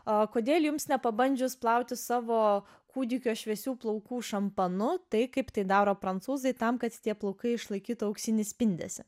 o kodėl jums nepabandžius plauti savo kūdikio šviesių plaukų šampanu tai kaip tai daro prancūzai tam kad tie plaukai išlaikytų auksinį spindesį